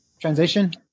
transition